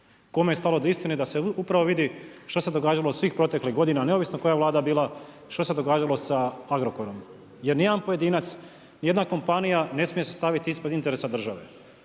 Kome je stalo do istine da se upravo vidi što se događalo svih proteklih godina, neovisno koja je Vlada bila, što se događalo sa Agrokorom. Jer nijedan pojedinac, nijedna kompanija ne smije se staviti ispred interesa države.